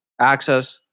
access